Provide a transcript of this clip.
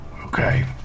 Okay